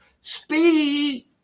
Speed